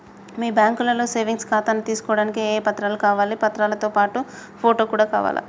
మీ బ్యాంకులో సేవింగ్ ఖాతాను తీసుకోవడానికి ఏ ఏ పత్రాలు కావాలి పత్రాలతో పాటు ఫోటో కూడా కావాలా?